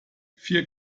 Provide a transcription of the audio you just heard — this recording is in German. vier